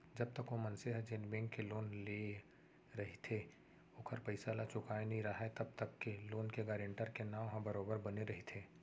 जब तक ओ मनसे ह जेन बेंक ले लोन लेय रहिथे ओखर पइसा ल चुकाय नइ राहय तब तक ले लोन के गारेंटर के नांव ह बरोबर बने रहिथे